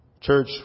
Church